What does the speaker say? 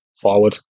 forward